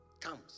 comes